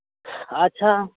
ᱟᱪᱪᱷᱟ